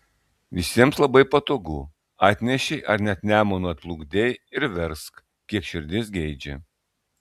visiems labai patogu atnešei ar net nemunu atplukdei ir versk kiek širdis geidžia